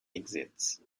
exits